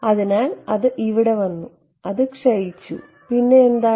അതിനാൽ അത് ഇവിടെ വന്നു അത് ക്ഷയിച്ചു പിന്നെ എന്താണ്